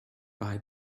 buy